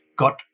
got